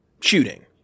shooting